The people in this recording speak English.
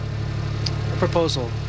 proposal